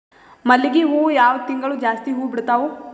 ಮಲ್ಲಿಗಿ ಹೂವು ಯಾವ ತಿಂಗಳು ಜಾಸ್ತಿ ಹೂವು ಬಿಡ್ತಾವು?